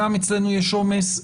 גם אצלנו יש עומס,